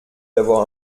d’avoir